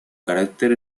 carácter